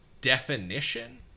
definition